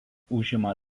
užima